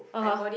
(uh huh)